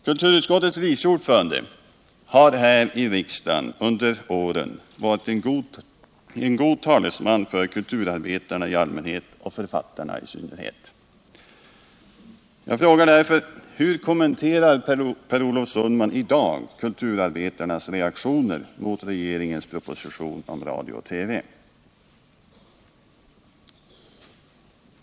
Kulturutskottets vice ordförande har här i riksdagen under åren varit en god talesman för kulturarbetarna i allmänhet och författarna i synnerhet. Jag frågar därför: Hur kommenterar Per Olof Sundman i dag kulturarbetarnas reaktioner mot regeringens proposition om radio och TV?